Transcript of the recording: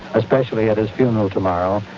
especially at his funeral tomorrow,